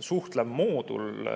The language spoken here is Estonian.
suhtlev moodul